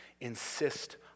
insist